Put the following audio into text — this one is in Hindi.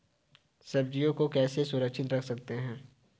सब्जियों को कैसे सुरक्षित रख सकते हैं?